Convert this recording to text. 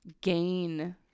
gain